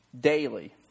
daily